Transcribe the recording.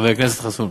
חבר הכנסת חסון.